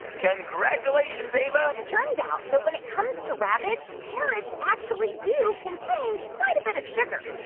congratulations, ava turns out that when it comes to rabbits, carrots actually do contain quite a bit of sugar,